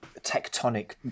tectonic